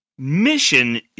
mission